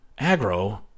aggro